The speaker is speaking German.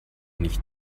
nicht